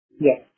Yes